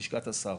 בלשכת השר,